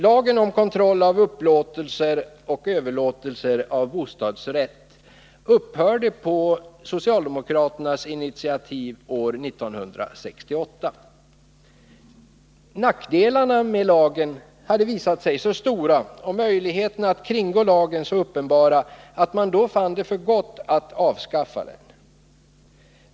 Lagen om kontroll av upplåtelser och överlåtelser av bostadsrätt upphörde på socialdemokraternas initiativ år 1968. Nackdelarna med den hade visat sig så stora och möjligheterna att kringgå den så uppenbara att man då fann för gott att avskaffa den.